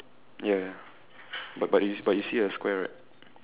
ya ya but but but you see a square right